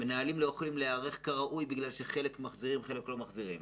המנהלים לא יכולים להיערך כראוי כי אנשים לא מחזירים,